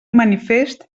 manifest